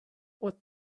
what